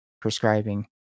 prescribing